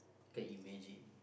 can imagine